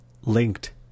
linked